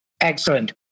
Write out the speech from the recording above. Excellent